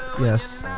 Yes